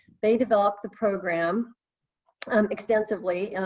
they developed the program um extensively,